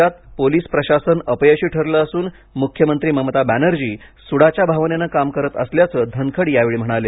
राज्यात पोलिस प्रशासन अपयशी ठरलं असून मुख्यमंत्री ममता बॅनर्जी सूडाच्या भावनेने काम करत असल्याचं धनखड यावेळी म्हणाले